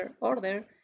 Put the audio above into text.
order